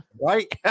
right